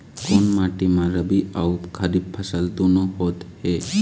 कोन माटी म रबी अऊ खरीफ फसल दूनों होत हे?